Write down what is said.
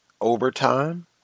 overtime